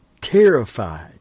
Terrified